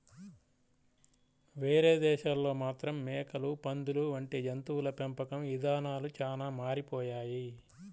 వేరే దేశాల్లో మాత్రం మేకలు, పందులు వంటి జంతువుల పెంపకం ఇదానాలు చానా మారిపోయాయి